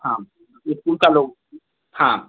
हाँ इस्कूल का लोग हाँ